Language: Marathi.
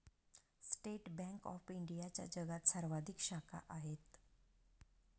स्टेट बँक ऑफ इंडियाच्या जगात सर्वाधिक शाखा आहेत